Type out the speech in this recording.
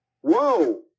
Whoa